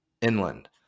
inland